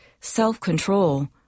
self-control